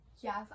Yes